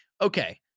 okay